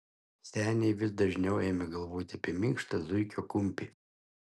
seniai vis dažniau ėmė galvoti apie minkštą zuikio kumpį